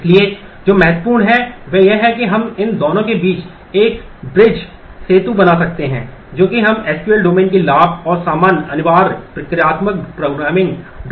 इसलिए जो महत्वपूर्ण है वह यह है कि हम इन दोनों के बीच एक सेतु डोमेन के फायदे एक साथ ले सकते हैं